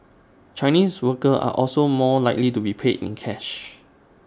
Chinese workers are also more likely to be paid in cash